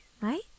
right